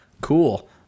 cool